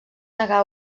negar